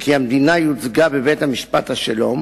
כי המדינה יוצגה בבית-משפט השלום